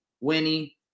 Winnie